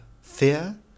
fear